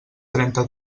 trenta